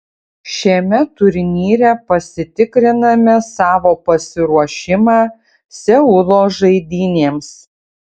šiame turnyre pasitikriname savo pasiruošimą seulo žaidynėms